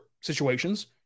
situations